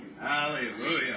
Hallelujah